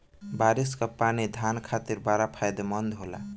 बारिस कअ पानी धान खातिर बड़ा फायदेमंद होला